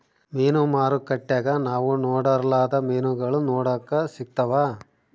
ಮೀನು ಮಾರುಕಟ್ಟೆಗ ನಾವು ನೊಡರ್ಲಾದ ಮೀನುಗಳು ನೋಡಕ ಸಿಕ್ತವಾ